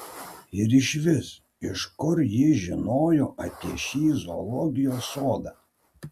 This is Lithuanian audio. ir išvis iš kur ji žinojo apie šį zoologijos sodą